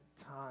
time